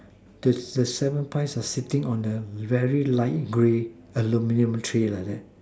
this this the seven pie are sitting on the very light grey aluminium tray like that